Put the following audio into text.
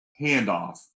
handoff